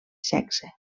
sexe